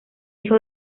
hijo